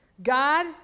God